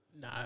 No